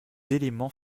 éléments